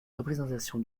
représentation